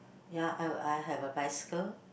ya I I have a bicycle